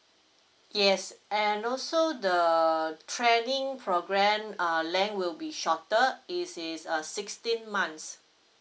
yes and also the training program err length will be shorter which is err sixteen months